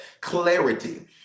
Clarity